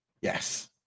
Yes